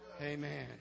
Amen